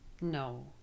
No